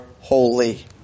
holy